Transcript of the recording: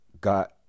got